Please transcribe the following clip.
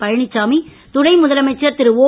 பழனிசாமி துணை முதலமைச்சர் திரு ஓ